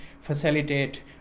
facilitate